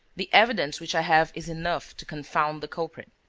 the evidence which i have is enough to confound the culprit.